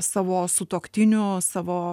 savo sutuoktiniu savo